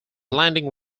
landing